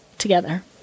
together